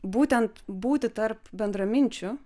būtent būti tarp bendraminčių